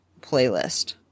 playlist